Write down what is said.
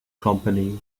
company